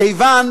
כיוון